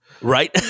Right